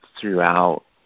throughout